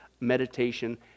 meditation